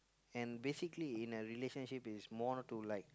and basically in a relationship is more to like